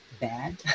bad